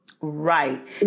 Right